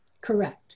Correct